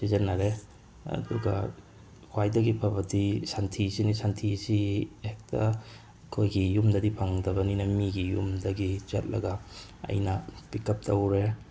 ꯁꯤꯖꯤꯟꯅꯔꯦ ꯑꯗꯨꯒ ꯈ꯭ꯋꯥꯏꯗꯒꯤ ꯐꯕꯗꯤ ꯁꯟꯊꯤꯁꯤꯅꯦ ꯁꯟꯊꯤꯁꯤ ꯍꯦꯛꯇ ꯑꯩꯈꯣꯏꯒꯤ ꯌꯨꯝꯗꯗꯤ ꯐꯪꯗꯕꯅꯤꯅ ꯃꯤꯒꯤ ꯌꯨꯝꯗꯒꯤ ꯆꯠꯂꯒ ꯑꯩꯅ ꯄꯤꯛ ꯑꯞ ꯇꯧꯔꯦ